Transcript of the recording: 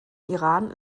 iran